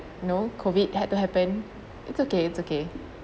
no COVID had to happen it's okay it's okay